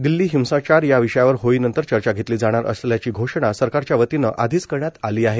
दिल्ली हिंसाचार या विषयावर होळी नंतर चर्चा घेतली जाणार असल्याची घोषणा सरकारच्या वतीने आधीच करण्यात आली आहे